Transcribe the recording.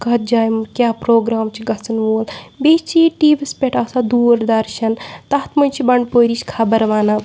کَتھ جایہِ کیٛاہ پرٛوگرام چھِ گَژھن وول بیٚیہِ چھِ ییٚتہِ ٹی وی یَس پٮ۪ٹھ آسان دوٗر دَرشَن تَتھ منٛز چھِ بَنٛڈپورِچ خَبَر وَنان